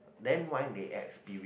then why they add spirit